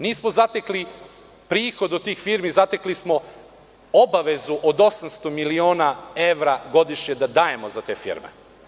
Nismo zatekli prihod od tih firmi, zatekli smo obavezu od 800 miliona evra godišnje da dajemo za te firme.